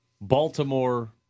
Baltimore